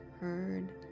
heard